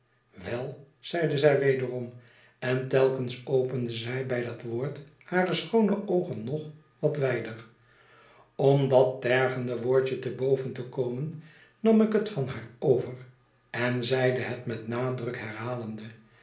wel zeide zij wederom en telkens opende zij bij dat woord hare schoone oogen nog wat wijder om dat tergende woordje te boven te komen nam ik het van haar over en zeide het met nadruk herhalende